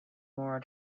more